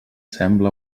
sembla